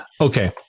okay